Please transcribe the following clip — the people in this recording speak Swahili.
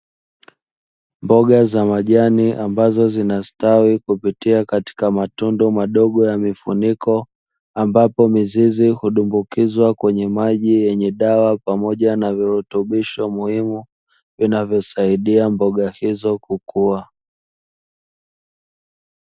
Mboga za majani, ambazo zinastawi kupitia katika matundu madogo ya mifuniko, ambapo mizizi hutumbukizwa kwenye maji yenye dawa pamoja na virutubisho muhimu vinavyosaidia mboga hizo kukua.